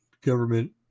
government